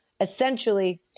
Essentially